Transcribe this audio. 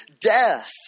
death